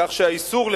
כך שהאיסור,